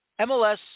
MLS